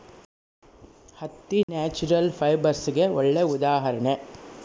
ಹತ್ತಿ ನ್ಯಾಚುರಲ್ ಫೈಬರ್ಸ್ಗೆಗೆ ಒಳ್ಳೆ ಉದಾಹರಣೆ